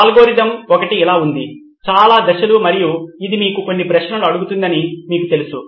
algorithm ఒకటి ఇలా ఉంది చాలా దశలు మరియు ఇది మీకు కొన్ని ప్రశ్నలు అడుగుతుందని మీకు తెలుసు